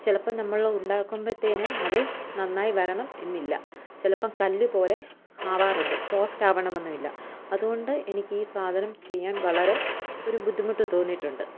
ചിലപ്പോൾ നമ്മൾ ഉണ്ടാക്കുമ്പത്തേന് അത് നന്നായി വരണം എന്നില്ല ചിലപ്പോൾ കല്ല് പോലെ ആവാറുണ്ട് സോഫ്റ്റ് ആവണമെന്നുമില്ല അതുകൊണ്ട് എനിക്ക് ഈ സാധനം ചെയ്യാൻ വളരെ ഒരു ബുദ്ധിമുട്ട് തോന്നിയിട്ടുണ്ട്